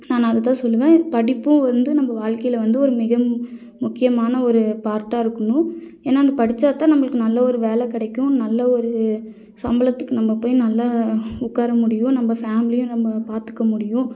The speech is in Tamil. நான் அது தான் சொல்லுவேன் படிப்பும் வந்து நம்ம வாழ்க்கையில வந்து ஒரு மிக முக்கியமான ஒரு பார்ட்டாக இருக்கணும் ஏன்னா அந்த படிச்சால் தான் நம்மளுக்கு நல்ல ஒரு வேலை கிடைக்கும் நல்ல ஒரு சம்பளத்துக்கு நம்ம போய் நல்லா உட்கார முடியும் நம்ம ஃபேமிலியும் நம்ம பார்த்துக்க முடியும்